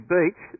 Beach